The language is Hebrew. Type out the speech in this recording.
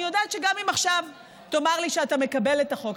אני יודעת שגם אם עכשיו תאמר לי שאתה מקבל את החוק,